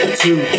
two